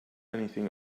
anything